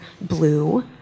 blue